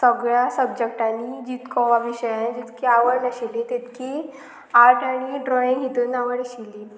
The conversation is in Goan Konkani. सगळ्या सब्जॅक्टांनी जितको विशयान जितकी आवड नाशिल्ली तितकी आर्ट आनी ड्रॉइंग हितून आवड आशिल्ली